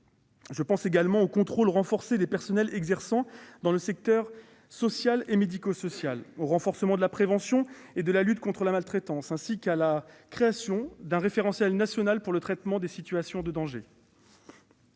Je pense également au renforcement du contrôle du personnel exerçant dans le secteur social et médico-social, mais aussi à celui de la prévention et de la lutte contre la maltraitance, ainsi qu'à la création d'un référentiel national d'évaluation des situations de danger